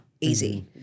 easy